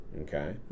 Okay